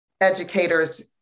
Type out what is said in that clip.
educators